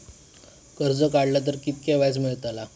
कर्ज काडला तर कीतक्या व्याज मेळतला?